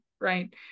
right